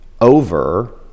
over